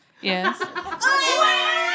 yes